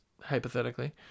hypothetically